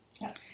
Yes